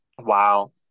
Wow